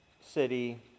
city